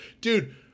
dude